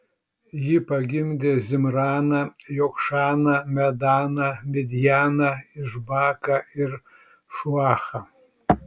ji pagimdė zimraną jokšaną medaną midjaną išbaką ir šuachą